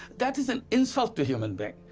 that is an insult to human being,